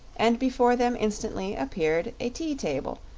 and before them instantly appeared a tea-table,